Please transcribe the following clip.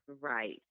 Right